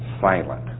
silent